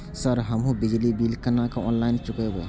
Sir हमू बिजली bill केना ऑनलाईन चुकेबे?